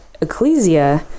Ecclesia